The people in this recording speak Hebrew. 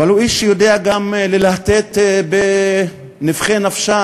אבל הוא איש שיודע גם ללהטט בנבכי נפשה